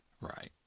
Right